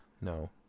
No